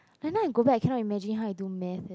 then now I go back cannot imagine how I do math eh